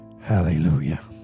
Hallelujah